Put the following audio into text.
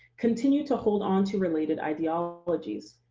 continue to hold onto related ideologies.